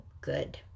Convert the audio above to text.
good